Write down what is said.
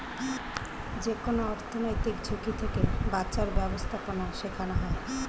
যেকোনো অর্থনৈতিক ঝুঁকি থেকে বাঁচার ব্যাবস্থাপনা শেখানো হয়